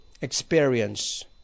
experience